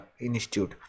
institute